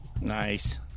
Nice